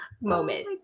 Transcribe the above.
moment